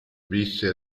visse